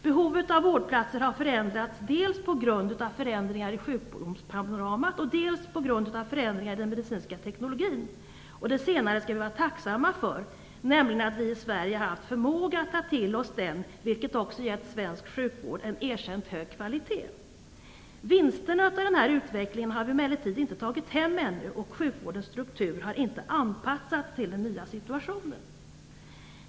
Behovet av vårdplatser har förändrats dels på grund av förändringar i sjukdomspanoramat, dels på grund av förändringar i den medicinska teknologin. Det senare skall vi vara tacksamma för, nämligen att vi i Sverige har haft förmåga att ta till oss den, vilket också gör att svensk sjukvård är av erkänt hög kvalitet. Vinsterna av den här utvecklingen har vi emellertid inte tagit hem ännu. Sjukvårdens struktur har inte anpassats till situationen.